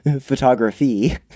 photography